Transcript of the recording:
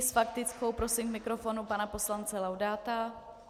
S faktickou prosím k mikrofonu pana poslance Laudáta.